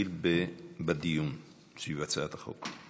נתחיל בדיון סביב הצעת החוק.